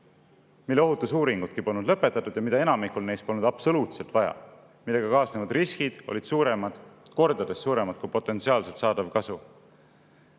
mille ohutusuuringudki polnud lõpetatud ja mida enamikul neist polnud absoluutselt vaja ning millega kaasnevad riskid olid kordades suuremad kui potentsiaalselt saadav kasu.